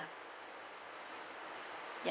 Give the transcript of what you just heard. ya